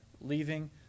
leaving